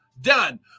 Done